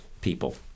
people